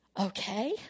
okay